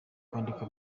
kwandika